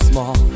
Small